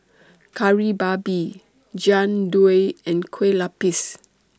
Kari Babi Jian Dui and Kueh Lupis